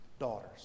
daughters